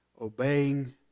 obeying